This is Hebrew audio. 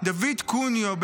דוד קוניו,